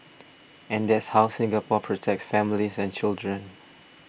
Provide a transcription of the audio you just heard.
and that's how Singapore protects families and children